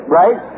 right